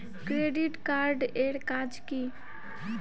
Credit card এর কাজ কি?